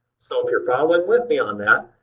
so if you're following with me on that,